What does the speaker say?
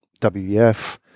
WEF